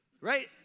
right